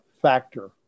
factor